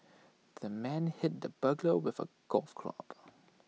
the man hit the burglar with A golf club